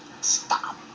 Stop